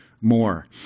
more